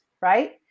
right